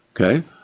Okay